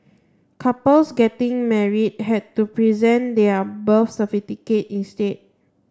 couples getting married had to present their birth instead